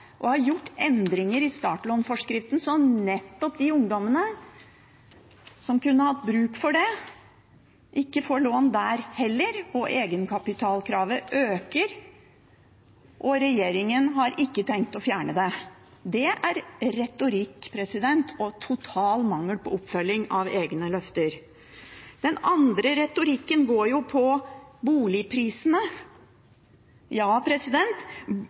som har gjort endringer i startlånforskriften slik at nettopp de ungdommene som kunne hatt bruk for det, ikke får lån der heller, og egenkapitalkravet øker, og regjeringen har ikke tenkt å fjerne det. Dét er retorikk, og det er total mangel på oppfølging av egne løfter. Den andre retorikken går på boligprisene. Ja,